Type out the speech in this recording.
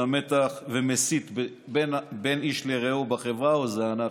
המתח ומסית בין איש לרעהו בחברה או שזה אנחנו.